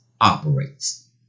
operates